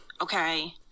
okay